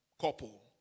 couple